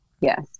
Yes